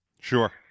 Sure